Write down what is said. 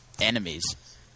enemies